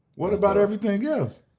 what about everything else?